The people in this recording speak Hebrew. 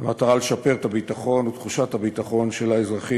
במטרה לשפר את הביטחון ותחושת הביטחון של האזרחים